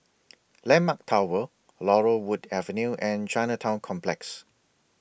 Landmark Tower Laurel Wood Avenue and Chinatown Complex